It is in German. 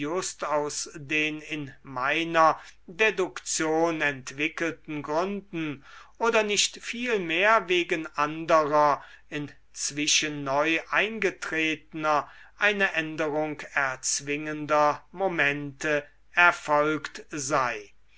aus den in meiner deduktion entwickelten gründen oder nicht vielmehr wegen anderer inzwischen neu eingetretener eine änderung erzwingender momente erfolgt sei